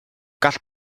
gall